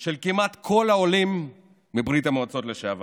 של כמעט כל העולים מברית המועצות לשעבר.